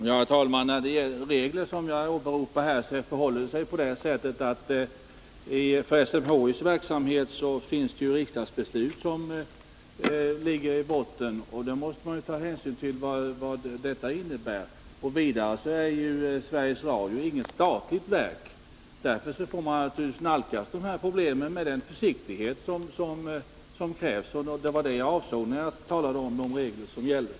Herr talman! Jag har här åberopat olika regler. För SMHI:s verksamhet finns ett riksdagsbeslut i botten, och vi måste givetvis ta hänsyn till dess innebörd. Vidare är Sveriges Radio inget statligt verk. Därför får man naturligtvis nalkas de här problemen med den försiktighet som krävs. Det var det jag avsåg när jag talade om de regler som gäller.